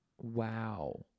Wow